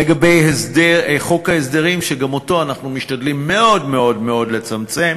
לגבי חוק ההסדרים שגם אותו אנחנו משתדלים מאוד מאוד לצמצם